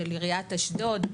של עיריית אשדוד,